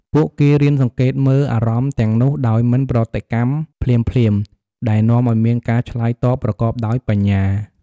ពួកគេរៀនសង្កេតមើលអារម្មណ៍ទាំងនោះដោយមិនប្រតិកម្មភ្លាមៗ ដែលនាំឱ្យមានការឆ្លើយតបប្រកបដោយប្រាជ្ញា។